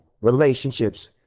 relationships